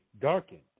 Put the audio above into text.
darkened